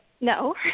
no